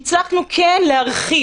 הכניסה לארץ